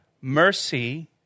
mercy